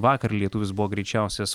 vakar lietuvis buvo greičiausias